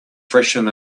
freshen